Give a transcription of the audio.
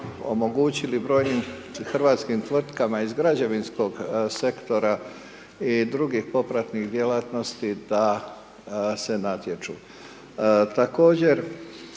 omogućili brojnim hrvatskim tvrtkama iz građevinskog sektora i drugih popratnih djelatnosti, da se natječu.